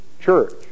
church